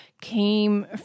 came